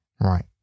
right